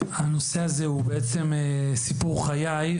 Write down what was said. הנושא הזה הוא בעצם סיפור חיי,